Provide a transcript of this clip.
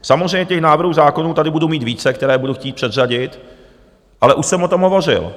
Samozřejmě, návrhů zákonů tady budu mít více, které budu chtít předřadit, ale už jsem o tom hovořil.